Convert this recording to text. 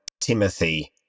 Timothy